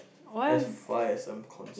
as far as I am concerned